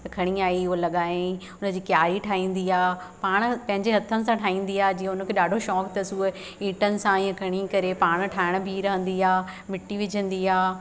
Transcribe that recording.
त खणी आई उहो लॻाईं उन जी क्यारी ठाहींदी आहे पाण पंहिंजे हथनि सां ठाहींदी आहे जीअं उन खे ॾाढो शौक़ु अथसि उहे ईटनि सां ईअं खणी करे पाण ठाहिणु बीह रहंदी आहे मिटी विझंदी आहे